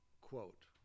quote